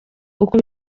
uko